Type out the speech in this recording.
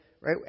right